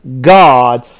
God